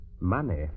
money